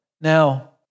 Now